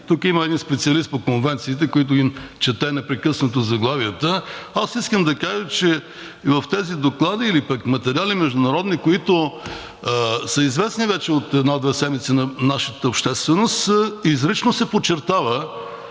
тук има един специалист по конвенциите, на които чете непрекъснато заглавията. Аз искам да кажа, че в тези доклади и международни материали, които са известни вече от една – две седмици на нашата общественост, изрично се подчертава,